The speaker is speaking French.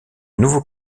nouveau